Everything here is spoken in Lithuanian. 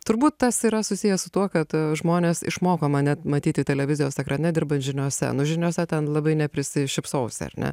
turbūt tas yra susijęs su tuo kad žmonės išmoko mane matyti televizijos ekrane dirbant žiniose nu žiniose ten labai neprisišypsosi ar ne